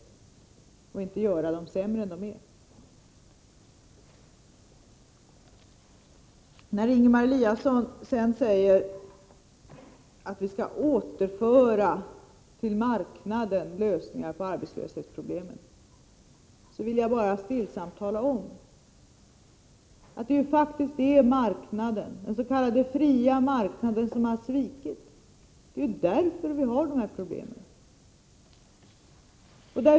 Man skall inte göra dem sämre än de är. Ingemar Eliasson säger att vi skall återföra lösningarna på arbetslöshetsproblemen till marknaden. Då vill jag bara stillsamt tala om att det faktiskt är den s.k. fria marknaden som har svikit. Det är ju därför vi har de här problemen.